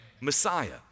Messiah